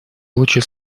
улучшил